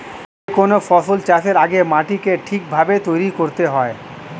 যে কোনো ফসল চাষের আগে মাটিকে ঠিক ভাবে তৈরি করতে হয়